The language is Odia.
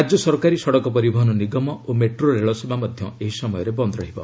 ରାଜ୍ୟ ସରକାରୀ ସଡ଼କ ପରିବହନ ନିଗମ ଓ ମେଟ୍ରୋ ରେଳସେବା ମଧ୍ୟ ଏହି ସମୟରେ ବନ୍ଦ ରହିବ